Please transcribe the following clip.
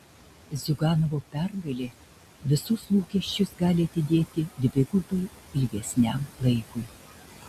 ziuganovo pergalė visus lūkesčius gali atidėti dvigubai ilgesniam laikui